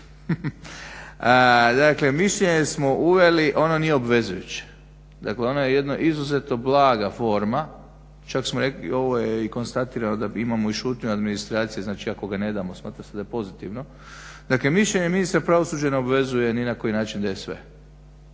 dakle mišljenje smo uveli, ono nije obvezujuće, dakle ono je jedno izuzetno blaga forma, čak smo rekli ovo je i konstatirano imamo i šutnju administracije, znači ako ga ne damo smatra se da je pozitivno. Dakle mišljenje ministra pravosuđa ne obvezuje ni na koji način DSV.